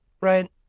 right